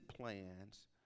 plans